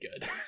good